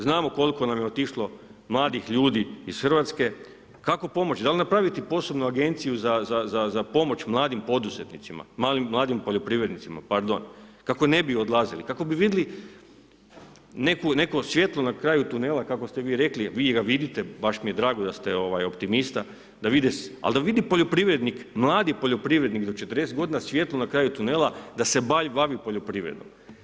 Znamo koliko nam je otišlo mladih ljudi iz Hrvatske, kako pomoći, da li napraviti posebnu agenciju za pomoć mladim poduzetnicima, mladim poljoprivrednicima pardon kako ne bi odlazili, kako bi vidjeli neko svjetlo na kraju tunela, kako ste vi rekli, vi ga vidite, baš mi je drago da ste optimista da vide, ali da vidi poljoprivrednik, mladi poljoprivrednik do 40 godina svjetlo na kraju tunela, da se bavi poljoprivredom.